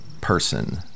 person